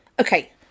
Okay